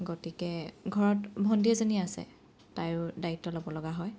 গতিকে ঘৰত ভণ্টি এজনী আছে তাইয়ো দ্বায়িত্ব ল'ব লগা হয়